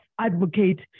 advocate